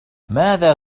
ماذا